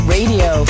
Radio